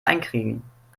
einkriegen